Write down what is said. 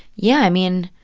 yeah. i mean,